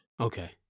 Okay